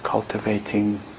cultivating